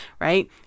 right